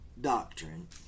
doctrine